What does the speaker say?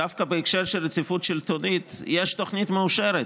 דווקא בהקשר של רציפות שלטונית, יש תוכנית מאושרת.